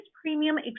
Premium